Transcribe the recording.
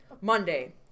Monday